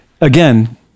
again